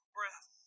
breath